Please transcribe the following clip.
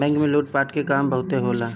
bank में लूट पाट के काम बहुते होला